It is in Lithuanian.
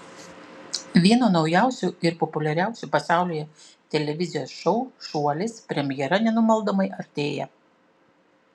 vieno naujausių ir populiariausių pasaulyje televizijos šou šuolis premjera nenumaldomai artėja